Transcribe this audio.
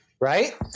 Right